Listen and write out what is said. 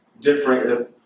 different